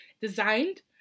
designed